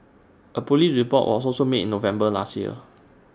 A Police report was also made in November last year